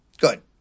Good